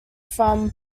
from